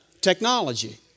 Technology